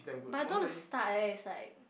but I don't want to start eh it's like